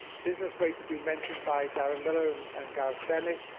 business rates have been mentioned by darren millar and gareth bennett.